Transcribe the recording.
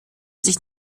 sich